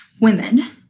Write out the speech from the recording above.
women